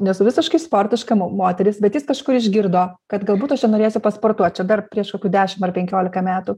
nesu visiškai sportiška moteris bet jis kažkur išgirdo kad galbūt aš čia norėsiu pasportuot čia dar prieš kokių dešim ar penkiolika metų